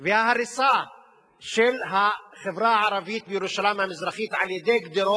וההריסה של החברה הערבית בירושלים המזרחית על-ידי גדרות,